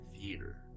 theater